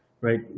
right